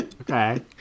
Okay